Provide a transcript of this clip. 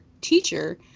teacher